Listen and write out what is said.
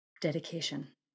dedication